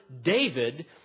David